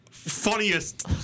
Funniest